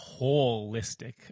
holistic